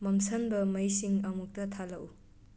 ꯃꯝꯁꯟꯕ ꯃꯩꯁꯤꯡ ꯑꯃꯨꯛꯇ ꯊꯥꯜꯂꯛꯎ